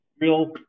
real